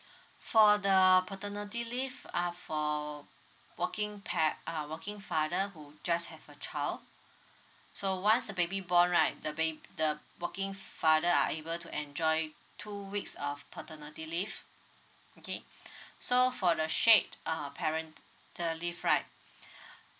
for the paternity leave are for working pa~ uh working father who just have a child so once the baby born right the ba~ the working father are able to enjoy two weeks of paternity leave okay so for the shared uh parental leave right